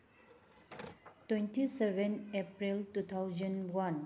twenty seven April two thousand one